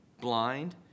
blind